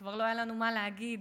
אבל זה ייעשה בצורה מבוקרת.